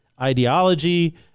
ideology